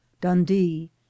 dundee